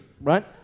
right